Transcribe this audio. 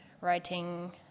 writing